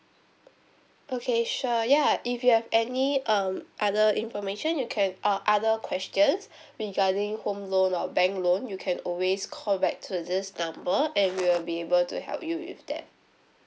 okay sure ya if you have any um other information you can uh other questions regarding home loan or bank loan you can always call back to this number and we'll be able to help you with that